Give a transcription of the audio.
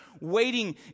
waiting